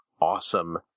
awesome